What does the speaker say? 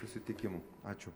susitikimų ačiū